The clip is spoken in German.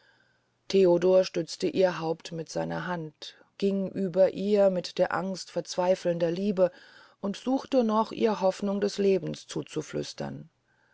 theodor stützte ihr haupt mit seiner hand hing über ihr mit der angst verzweifelnder liebe und suchte noch ihr hofnungen des lebens zuzuflüstern